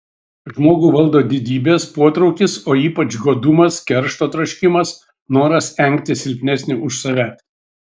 žmogų valdo didybės potraukis o ypač godumas keršto troškimas noras engti silpnesnį už save